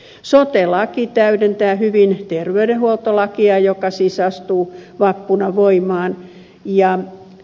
sote laki täydentää hyvin terveydenhuoltolakia joka siis astuu vappuna voimaan